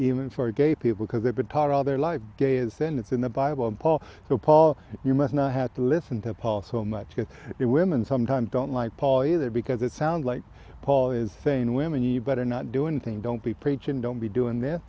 even for gay people because they've been taught all their life days then it's in the bible and paul paul you must not have to listen to paul so much as the women sometimes don't like paul either because it sounds like paul is saying women you better not do anything don't be preaching don't be doing th